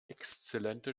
exzellente